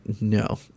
no